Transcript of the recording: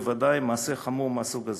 בוודאי מעשה חמור מהסוג הזה.